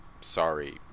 sorry